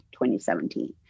2017